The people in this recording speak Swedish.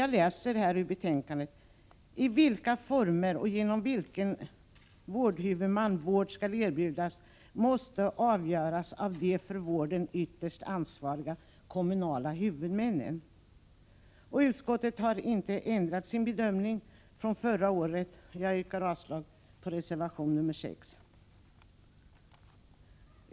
Jag läser här ur betänkandet: ”I vilka former och genom vilken vårdhuvudman vård skall erbjudas måste emellertid avgöras av de för vården ytterst ansvariga kommunala huvudmännen.” Utskottet har inte ändrat sin bedömning från förra året. Jag yrkar avslag på reservation 5.